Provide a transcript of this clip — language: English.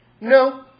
no